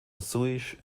azuis